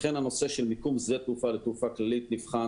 לכן הנושא של מיקום שדה תעופה לתעופה כללית כבר נבחן